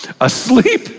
Asleep